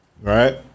Right